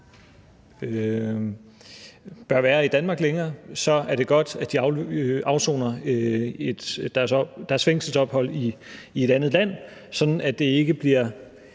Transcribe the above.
bør være i Danmark længere, så er det godt, at de afsoner deres fængselsstraf i et andet land, sådan at det ikke bliver